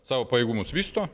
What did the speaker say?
savo pajėgumus vysto